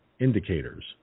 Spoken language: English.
indicators